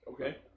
Okay